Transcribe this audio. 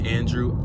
Andrew